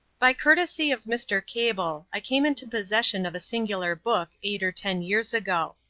by courtesy of mr. cable i came into possession of a singular book eight or ten years ago.